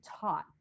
taught